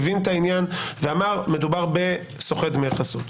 הבין את העניין ואמר: מדובר בסוחט דמי חסות.